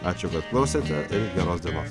ačiū kad klausėte ir geros dienos